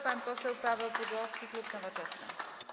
Pan poseł Paweł Pudłowski, klub Nowoczesna.